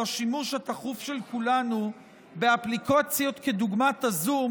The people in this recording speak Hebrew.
על השימוש התכוף של כולנו באפליקציות כדוגמת הזום